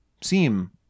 seem